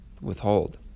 withhold